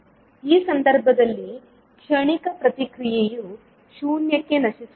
ಆ ಸಂದರ್ಭದಲ್ಲಿ ಕ್ಷಣಿಕ ಪ್ರತಿಕ್ರಿಯೆಯು ಶೂನ್ಯಕ್ಕೆ ನಶಿಸುವುದಿಲ್ಲ